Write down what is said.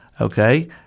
okay